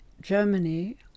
Germany